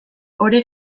ore